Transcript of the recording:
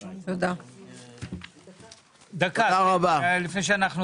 הישיבה ננעלה בשעה 10:55. נספח הכנסת